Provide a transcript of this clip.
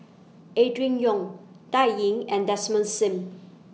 Adrin Loi Dan Ying and Desmond SIM